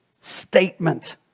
statement